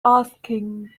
asking